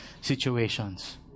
situations